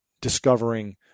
discovering